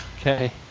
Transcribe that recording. Okay